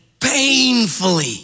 painfully